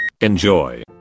enjoy